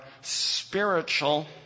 spiritual